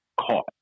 caught